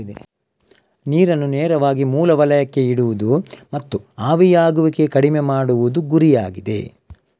ನೀರನ್ನು ನೇರವಾಗಿ ಮೂಲ ವಲಯಕ್ಕೆ ಇಡುವುದು ಮತ್ತು ಆವಿಯಾಗುವಿಕೆ ಕಡಿಮೆ ಮಾಡುವುದು ಗುರಿಯಾಗಿದೆ